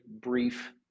brief